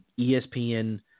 ESPN